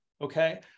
okay